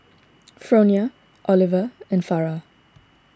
Fronia Oliver and Farrah